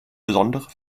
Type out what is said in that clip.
besondere